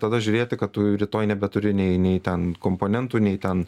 tada žiūrėti kad tu rytoj nebeturi nei nei ten komponentų nei ten